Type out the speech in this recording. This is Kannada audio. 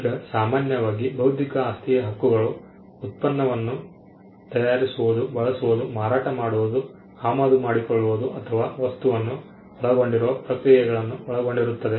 ಈಗ ಸಾಮಾನ್ಯವಾಗಿ ಬೌದ್ಧಿಕ ಆಸ್ತಿಯ ಹಕ್ಕುಗಳು ಉತ್ಪನ್ನವನ್ನು ತಯಾರಿಸುವುದು ಬಳಸುವುದು ಮಾರಾಟ ಮಾಡುವುದು ಆಮದು ಮಾಡಿಕೊಳ್ಳುವುದು ಅಥವಾ ವಸ್ತುವನ್ನು ಒಳಗೊಂಡಿರುವ ಪ್ರಕ್ರಿಯೆಗಳನ್ನು ಒಳಗೊಂಡಿರುತ್ತದೆ